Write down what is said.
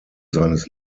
seines